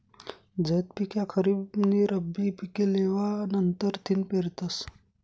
झैद पिक ह्या खरीप नी रब्बी पिके लेवा नंतरथिन पेरतस